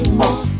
more